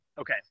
Okay